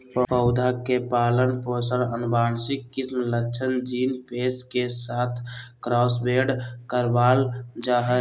पौधा के पालन पोषण आनुवंशिक किस्म लक्षण जीन पेश के साथ क्रॉसब्रेड करबाल जा हइ